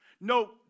no